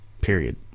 period